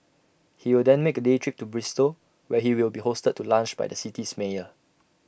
he will then make A day trip to Bristol where he will be hosted to lunch by the city's mayor